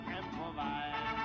Improvise